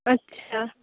আচ্ছা